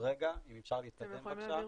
האזור האישי,